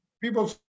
people